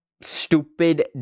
stupid